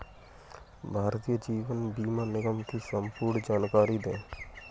भारतीय जीवन बीमा निगम की संपूर्ण जानकारी दें?